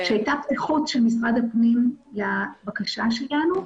שהייתה פתיחות של משרד הפנים לבקשה שלנו,